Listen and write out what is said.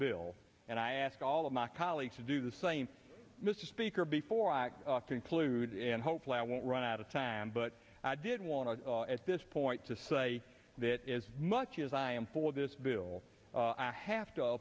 bill and i ask all of my colleagues to do the same mr speaker before act concluded and hopefully i won't run out of time but i did want to at this point to say that as much as i am for this bill i have to